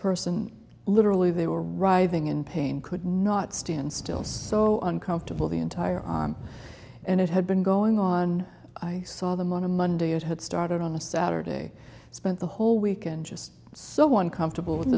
person literally they were writhing in pain could not stand still so uncomfortable the entire on and it had been going on i saw them on a monday it had started on a saturday spent the whole weekend just so one comfortable